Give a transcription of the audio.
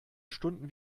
stunden